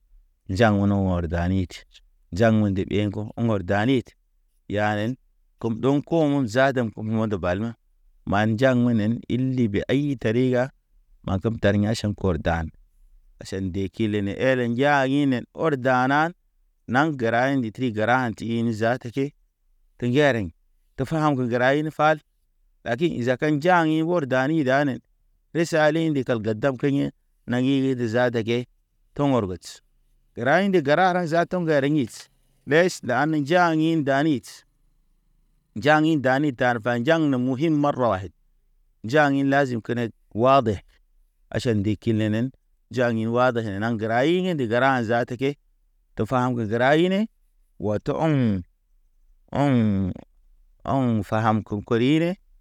Njaŋ ŋoni wɔr dani. Njaŋ unde ɗḛŋ ko ɔ ŋgɔr danit, yanen kem ɗoŋ ko̰ zaat kume mo̰ de balme. Ma njaŋ menen ili be ayi tariya. Ma kem tarɲa aʃan kor dan, aʃan nde kilenen ere nja inen ɔr danan naŋ gəra indi tri gəra tin zaata ke te ŋgereŋ. Te faham ge gəra in fal, lakin zaka njaŋ ɲi wor dani danen. Te sali ndi kal gadab ke ɲḛ. Naŋgi gi te zaata ke, tɔŋgɔr gotʃ. Gəra indi gəra ara za tɔŋga ritʃ ndeʃ ɗani njaŋgin danit. Njaŋgi dani tarfa njaŋ ne muwin marwayd. Njaŋgin lazim kenet, wade aʃan nde kilenen njaŋgin wade he naŋge. Gəra hingi de g;era zaata ke te fam ge gəra hine. Wa to ɔɔŋ. Ɔŋ. Ɔŋ faham ko korine